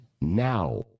now